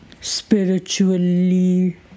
spiritually